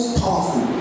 powerful